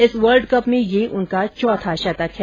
इस वर्ल्डकप में यह उनका चौथा शतक है